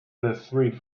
three